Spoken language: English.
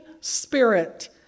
spirit